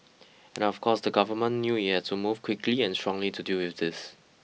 and of course the government knew it had to move quickly and strongly to deal with this